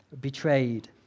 betrayed